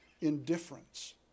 indifference